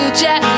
jet